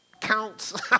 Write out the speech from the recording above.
counts